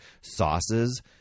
sauces